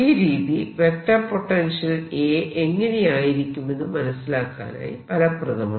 ഈ രീതി vector potential A എങ്ങനെയായിരിക്കുമെന്ന് മനസിലാക്കാനായി ഫലപ്രദമാണ്